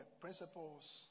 principles